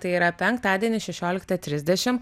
tai yra penktadienį šešioliktą trisdešim